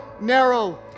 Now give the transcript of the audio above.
narrow